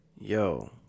Yo